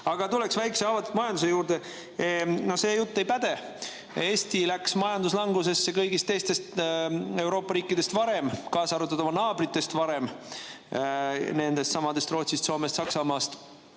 Aga tulen väikese avatud majanduse juurde. No see jutt ei päde. Eesti läks majanduslangusesse kõigist teistest Euroopa riikidest varem, kaasa arvatud oma naabritest, nendestsamadest Rootsist, Soomest ja Saksamaast.